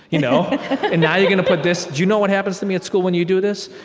you know and now you're going to put this do you know what happens to me at school when you do this?